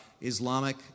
Islamic